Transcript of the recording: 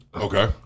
Okay